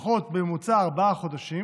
לפחות בממוצע ארבעה חודשים,